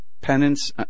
Penance